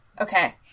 Okay